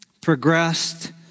progressed